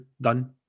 done